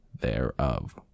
thereof